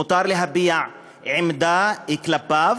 מותר להביע עמדה כלפיו,